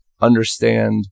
understand